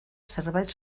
zerbait